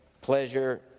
pleasure